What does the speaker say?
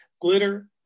glitter